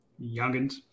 Youngins